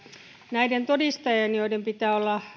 näiden todistajien joiden pitää